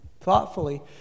thoughtfully